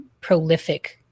prolific